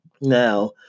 Now